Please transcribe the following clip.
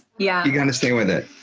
yeah you gotta stay with it.